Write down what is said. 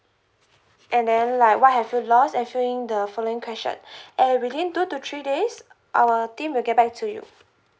and then like what have you lost answering the following question and within two to three days our team will get back to you